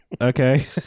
Okay